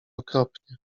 okropnie